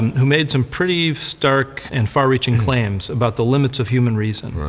who made some pretty stark and far-reaching claims about the limits of human reason.